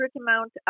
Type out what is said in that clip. amount